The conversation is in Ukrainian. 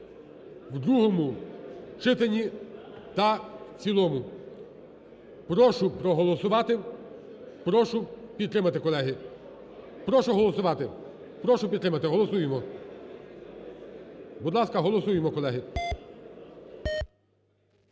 у другому читанні та в цілому. Прошу проголосувати, прошу підтримати, колеги. Прошу голосувати, прошу підтримати. Голосуємо. Будь ласка, голосуємо, колеги.